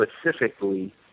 specifically